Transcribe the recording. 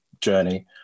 journey